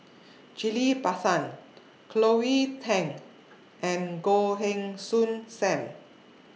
Ghillie BaSan Cleo Thang and Goh Heng Soon SAM